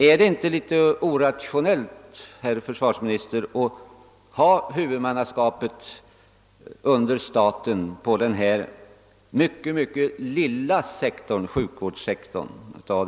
Är det inte litet orationellt, herr försvarsminister, att denna mycket lilla del av sjukvårdssektorn ligger under statligt huvudmannaskap?